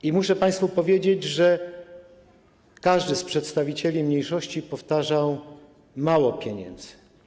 I muszę państwu powiedzieć, że każdy z przedstawicieli mniejszości powtarzał: mało pieniędzy.